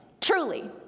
Truly